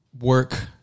work